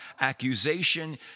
accusation